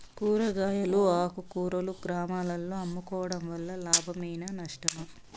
కూరగాయలు ఆకుకూరలు గ్రామాలలో అమ్ముకోవడం వలన లాభమేనా నష్టమా?